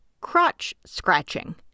crotch-scratching